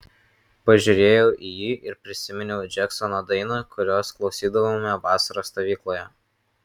pažiūrėjau į jį ir prisiminiau džeksono dainą kurios klausydavome vasaros stovykloje